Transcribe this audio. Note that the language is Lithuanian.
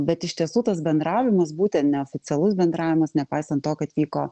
bet iš tiesų tas bendravimas būtent neoficialus bendravimas nepaisant to kad vyko